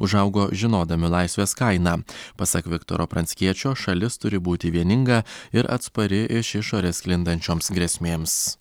užaugo žinodami laisvės kainą pasak viktoro pranckiečio šalis turi būti vieninga ir atspari iš išorės sklindančioms grėsmėms